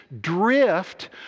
drift